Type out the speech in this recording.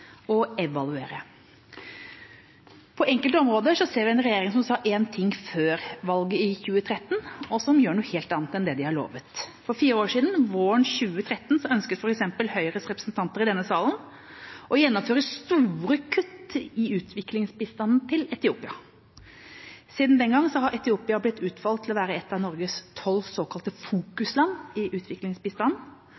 og evaluere. På enkelte områder ser vi en regjering som sa én ting før valget i 2013, og som gjør noe helt annet enn det de har lovet. For fire år siden, våren 2013, ønsket f.eks. Høyres representanter i denne salen å gjennomføre store kutt i utviklingsbistanden til Etiopia. Siden den gang har Etiopia blitt utvalgt til å være ett av Norges tolv såkalte